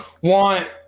want